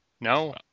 No